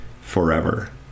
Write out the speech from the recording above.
forever